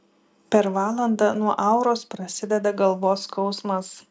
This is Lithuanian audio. per valandą nuo auros prasideda galvos skausmas